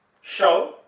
show